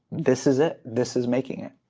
this is it. this is making it.